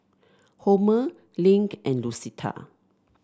Homer Link and Lucetta